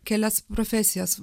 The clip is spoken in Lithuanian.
kelias profesijas